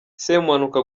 semuhanuka